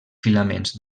filaments